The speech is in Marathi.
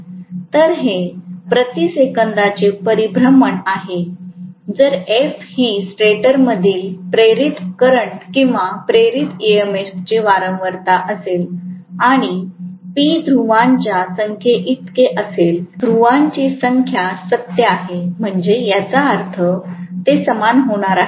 तर हे प्रति सेकंदाचे परिभ्रमण आहे जर एफ हि स्टेटरमधील प्रेरित करंट किंवा प्रेरित ईएमएफची वारंवारता असेल आणि पी ध्रुवांच्या संख्येइतके असेल ध्रुव्यांची संख्या सत्य आहे म्हणजे याचा अर्थ ते समान होणार आहे